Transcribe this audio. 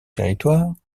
territoires